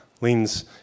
leans